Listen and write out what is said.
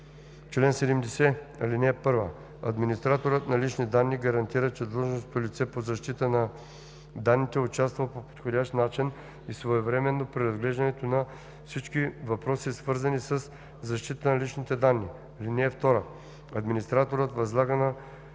Чл. 70. (1) Администраторът на лични данни гарантира, че длъжностното лице по защита на данните участва по подходящ начин и своевременно при разглеждането на всички въпроси, свързани със защитата на личните данни. (2) Администраторът възлага на